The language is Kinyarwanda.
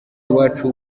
uwacu